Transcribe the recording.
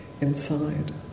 inside